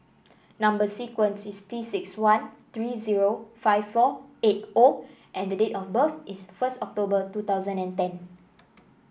number sequence is T six one three zero five four eight O and the date of birth is first October two thousand and ten